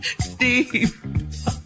Steve